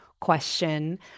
question